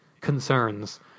concerns